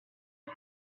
amb